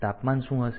તાપમાન શું હશે